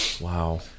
Wow